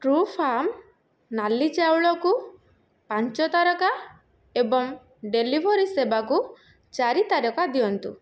Truefarm ନାଲି ଚାଉଳକୁ ପାଞ୍ଚ ତାରକା ଏବଂ ଡେଲିଭରି ସେବାକୁ ଚାରି ତାରକା ଦିଅନ୍ତୁ